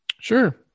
Sure